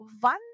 one